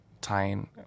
tying